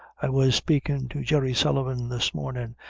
i was speakin' to jerry sullivan this mornin',